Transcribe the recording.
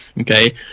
Okay